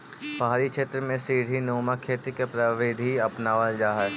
पहाड़ी क्षेत्रों में सीडी नुमा खेती की प्रविधि अपनावाल जा हई